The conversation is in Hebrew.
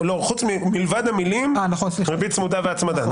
מלבד המילים ריבית צמודה והצמדה,